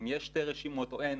אם יש שתי רשימות או אין,